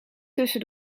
tussen